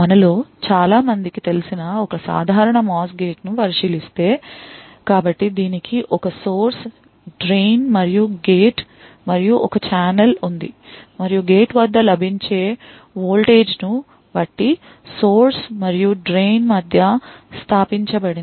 మనలో చాలా మందికి తెలిసిన ఒక సాధారణ MOS గేటును పరిశీలిస్తే కాబట్టి దీనికి ఒక source drain మరియు gate మరియు ఒక ఛానల్ ఉంది మరియు గేట్ వద్ద లభించే వోల్టేజ్ను బట్టి source మరియు drain మధ్య స్థాపించబడింది